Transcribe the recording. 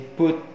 put